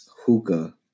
hookah